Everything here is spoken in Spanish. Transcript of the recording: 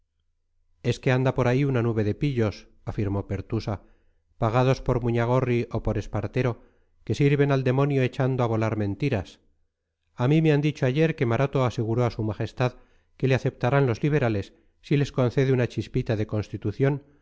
es que anda por ahí una nube de pillos afirmó pertusa pagados por muñagorri o por espartero que sirven al demonio echando a volar mentiras a mí me han dicho ayer que maroto aseguró a su majestad que le aceptarán los liberales si les concede una chispita de constitución